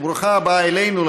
וברוכה הבאה אלינו,